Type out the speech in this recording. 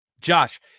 Josh